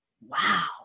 wow